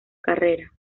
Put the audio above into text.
carrera